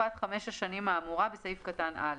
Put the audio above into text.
תקופת חמש השנים האמורה בסעיף קטן (א).